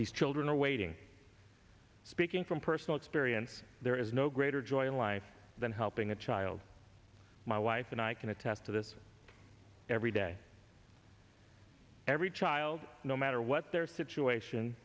these children are waiting speaking from personal experience there is no greater joy in life than helping a child my wife and i can attest to this every day every child no matter what their situation